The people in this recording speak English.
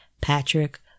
Patrick